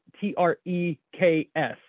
T-R-E-K-S